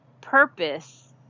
purpose